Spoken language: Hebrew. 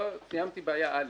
סיימתי בעיה א'.